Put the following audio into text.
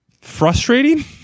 frustrating